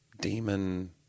Demon –